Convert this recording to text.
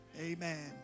Amen